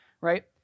right